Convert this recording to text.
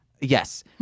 Yes